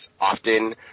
often